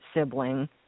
sibling